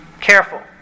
careful